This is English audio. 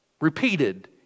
repeated